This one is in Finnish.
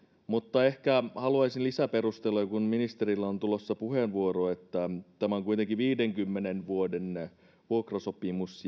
mutta ehkä haluaisin lisäperusteluja kun ministerille on tulossa puheenvuoro kun tämä on kuitenkin viidenkymmenen vuoden vuokrasopimus